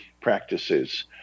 practices